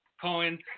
Cohen